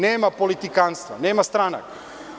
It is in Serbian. Nema politikanstva, nema stranaka.